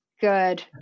Good